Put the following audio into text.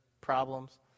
problems